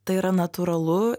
tai yra natūralu